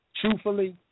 Truthfully